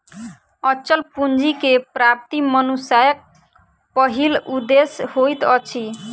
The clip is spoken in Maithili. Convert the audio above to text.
अचल पूंजी के प्राप्ति मनुष्यक पहिल उदेश्य होइत अछि